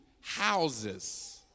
houses